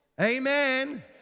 Amen